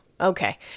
Okay